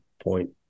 point